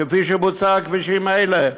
כפי שבוצע בכבישים האלה.